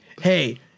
hey